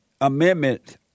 amendment